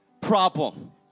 problem